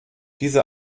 diese